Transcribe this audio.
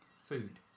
food